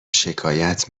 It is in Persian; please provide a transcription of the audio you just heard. شکایت